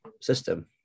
system